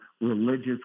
religious